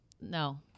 No